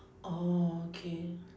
orh okay